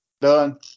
done